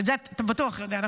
את זה אתה בטוח יודע,